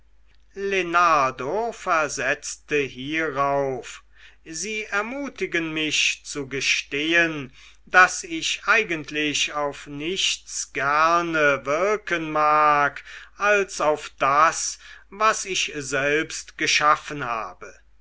versetzte hierauf sie ermutigen mich zu gestehen daß ich eigentlich auf nichts gerne wirken mag als auf das was ich selbst geschaffen habe